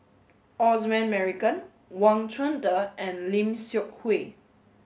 Osman Merican Wang Chunde and Lim Seok Hui